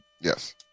Yes